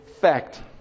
fact